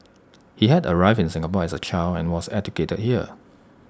he had arrived in Singapore as A child and was educated here